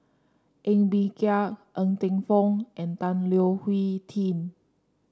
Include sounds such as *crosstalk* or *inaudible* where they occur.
Ng Bee Kia Ng Teng Fong and Tan Leo *unintelligible*